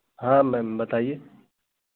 हाँ मैम बताइए